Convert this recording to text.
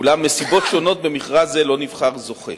אולם מסיבות שונות במכרז זה לא נבחר זוכה.